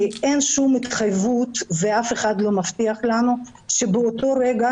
אין שום התחייבות ואף אחד לא מבטיח לנו שבאותו רגע